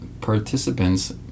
participants